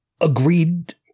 agreed